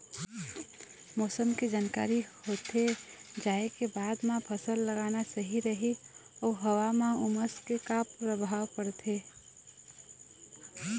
मौसम के जानकारी होथे जाए के बाद मा फसल लगाना सही रही अऊ हवा मा उमस के का परभाव पड़थे?